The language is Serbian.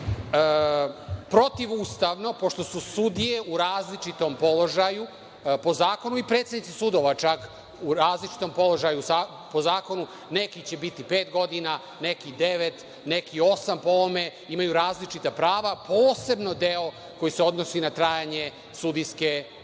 protivustavno, pošto su sudije u različitom položaju po zakonu i predsednici sudova čak u različitom položaju po zakonu, neki će biti pet godina, neki devet, neki osam, po ovome imaju različita prava, posebno deo koji se odnosi na trajanje sudijske